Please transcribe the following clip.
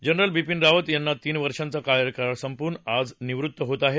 general Bipin Rawat तीन वर्षांचा कार्यकाळ संपवून आज निवृत्त होत आहेत